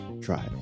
Try